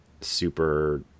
super